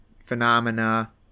Phenomena